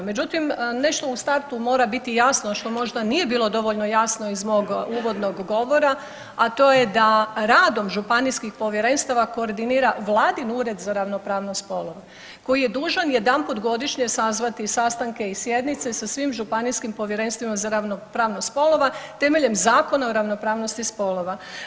Međutim, nešto u startu mora biti jasno što možda nije bilo dovoljno jasno iz mog uvodnog govora, a to je da radom županijskih povjerenstava koordinira vladin ured za ravnopravnost spolova koji je dužan jedanput godišnje sazvati sastanke i sjednice sa svim županijskim povjerenstvima za ravnopravnost spolova temeljem Zakona o ravnopravnosti spolova.